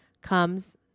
comes